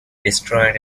destroyed